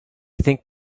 think